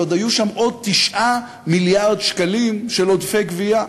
ועוד היו שם עוד 9 מיליארד שקלים של עודפי גבייה.